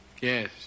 Yes